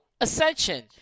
Ascension